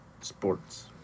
sports